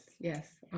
yes